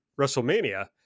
wrestlemania